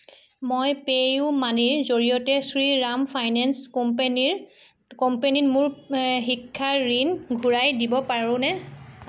মই পে'ইউ মানিৰ জৰিয়তে শ্ৰীৰাম ফাইনেন্স কোম্পেনীৰ কোম্পানীত মোৰ শিক্ষা ঋণ ঘূৰাই দিব পাৰোনে